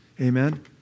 Amen